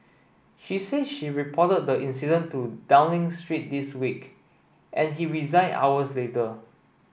she say she reported the incident to Downing Street this week and he resigned hours later